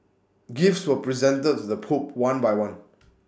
gifts were presented to the pope one by one